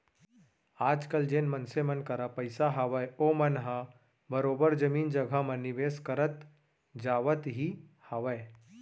आजकल जेन मनसे मन करा पइसा हावय ओमन ह बरोबर जमीन जघा म निवेस करत जावत ही हावय